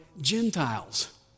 Gentiles